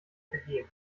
vergehen